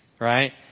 right